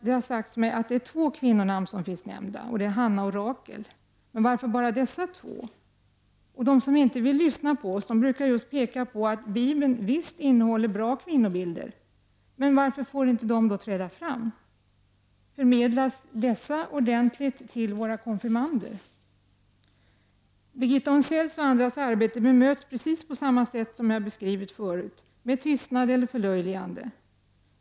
Det har sagts mig att endast två kvinnonamn finns nämnda, Hanna och Rakel. Varför bara dessa två? De som inte vill lyssna på oss brukar just peka på att Bibeln visst innehåller bra kvinnobilder. Men varför får de då inte träda fram? Förmedlas dessa positiva kvinnobilder ordentligt till våra konfirmander? Birgitta Onsells och andras arbete bemöts på samma sätt som jag beskrivit förut — med tystnad eller förlöjliganden.